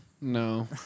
No